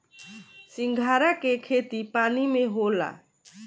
सिंघाड़ा के खेती पानी में होला